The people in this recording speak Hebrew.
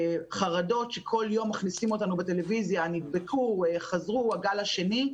יש חרדות שכל יום רואים בטלוויזיה שאנשים נדבקו בגל השני.